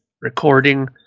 recording